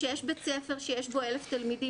כשיש בית ספר שיש בו 1,000 תלמידים